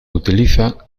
utiliza